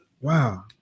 Wow